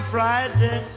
Friday